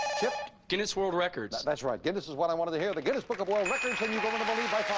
chip. guinness world records. that's right. guinness is what i wanted to hear. the guinness book of world records, and you go into the lead by